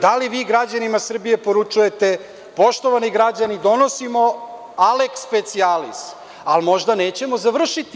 Da li vi građanima Srbije poručujete, poštovani građani donosimo „aleks specijalis“, ali možda nećemo završiti.